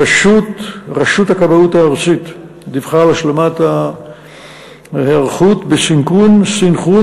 רשות הכבאות הארצית דיווחה על השלמת ההיערכות בסנכרון